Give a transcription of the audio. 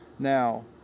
Now